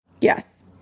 Yes